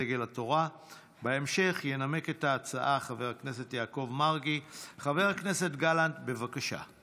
דגל התורה להביע אי-אמון בממשלה בנושאים